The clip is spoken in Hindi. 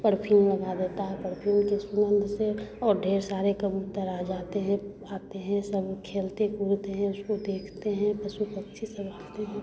परफ़्यूम लगा देता है परफ़्यूम की सुगंध से और ढेर सारे कबूतर आ जाते हैं आते हैं सब खेलते कूदते हैं उसको देखते हैं पशु पक्षी सब आते हैं